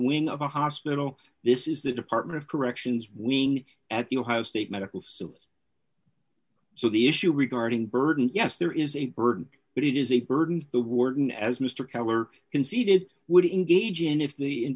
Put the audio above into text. wing of a hospital this is the department of corrections wing at the ohio state medical suits so the issue regarding burton yes there is a burden but it is a burden to the warden as mr keller conceded would engage in if the